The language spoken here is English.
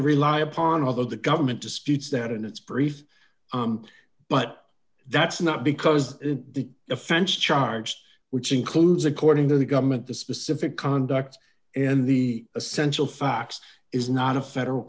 to rely upon although the government disputes that in its brief but that's not because the offense charged which includes according to the government the specific conduct in the essential facts is not a federal